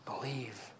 believe